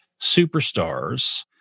superstars